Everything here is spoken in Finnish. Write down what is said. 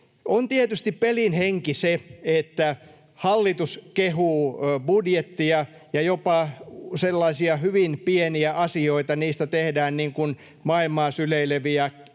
On tietysti pelin henki se, että hallitus kehuu budjettia ja jopa sellaisista hyvin pienistä asioista tehdään maailmaa syleileviä,